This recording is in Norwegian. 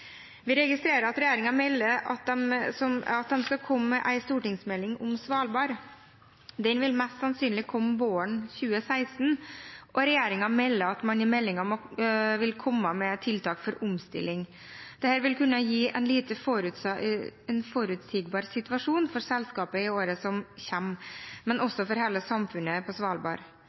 Vi registrerer at regjeringen melder at de skal komme med en stortingsmelding om Svalbard. Den vil mest sannsynlig komme våren 2016, og regjeringen melder at man i meldingen vil komme med tiltak for omstilling. Dette vil kunne gi en forutsigbar situasjon for selskapet i året som kommer, men